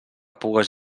pugues